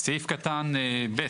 סעיף קטן (ב),